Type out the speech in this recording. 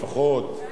לפחות,